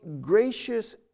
gracious